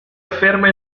afferma